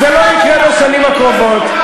זה לא יקרה בשנים הקרובות.